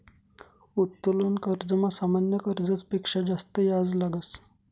उत्तोलन कर्जमा सामान्य कर्जस पेक्शा जास्त याज लागस